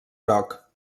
groc